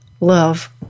love